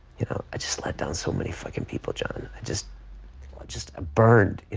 you know i just let down so many fucking people john, i just just burned